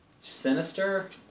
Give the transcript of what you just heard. Sinister